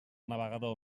navegador